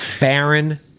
Baron